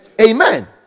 amen